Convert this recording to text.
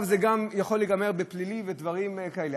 וזה גם יכול להיגמר בפלילים ודברים כאלה.